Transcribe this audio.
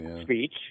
speech